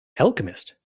alchemist